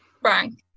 Frank